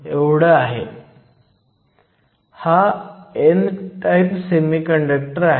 या समस्येसाठी काही इतर मूल्ये देखील दिली आहेत μe इलेक्ट्रॉनची मोबेलिटी आहे